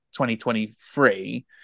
2023